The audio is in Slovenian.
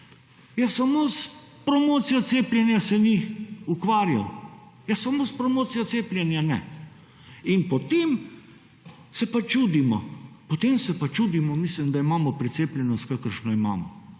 Ja samo s promocijo cepljenja se ni ukvarjal, ja samo s promocijo cepljenja ne in potem se pa čudimo mislim, da imamo precepljenost kakšno imamo